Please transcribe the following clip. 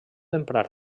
emprar